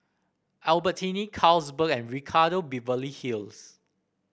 Albertini Carlsberg and Ricardo Beverly Hills